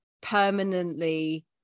permanently